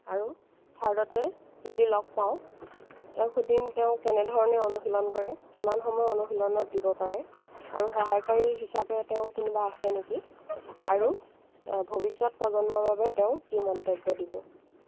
আৰু থাৰ্দতে যদি লগ পাওঁ তেওঁক সুধিম তেওঁ কেনেদৰে অনুশীলন কৰে কিমান সময় অনুশীলনত দিব পাৰে আৰু সহায়কাৰী হিচাপে তেওঁৰ কোনোবা আছে নেকি আৰু ভৱিষ্যত প্ৰজন্মৰ বাবে তেওঁ কি মন্তব্য দিব